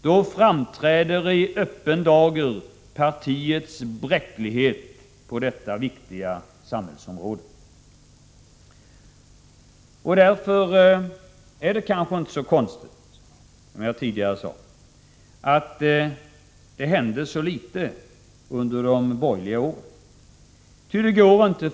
Då framträder i öppen dag partiets bräcklighet på detta viktiga samhällsområde. Det är därför inte konstigt, som jag tidigare sade, att det hände så litet under de borgerliga åren.